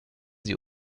sie